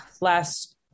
last